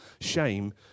shame